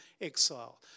exile